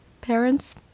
parents